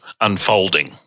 unfolding